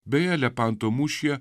beje elepanto mūšyje